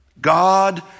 God